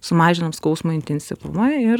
sumažinam skausmo intensyvumą ir